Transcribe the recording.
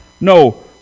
No